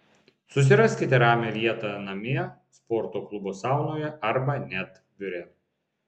susiraskite ramią vietą namie sporto klubo saunoje arba net biure